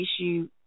issue